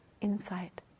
insight